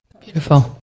Beautiful